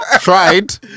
tried